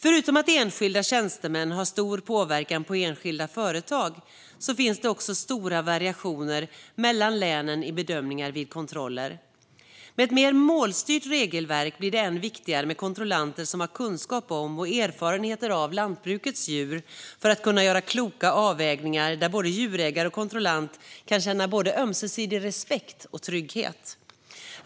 Förutom att enskilda tjänstemän har stor påverkan på enskilda företag finns det också stora variationer mellan länen i bedömningar vid kontroller. Med ett mer målstyrt regelverk blir det än viktigare med kontrollanter som har kunskap om och erfarenheter av lantbrukets djur för att kunna göra kloka avvägningar där både djurägare och kontrollant kan känna ömsesidig respekt och trygghet.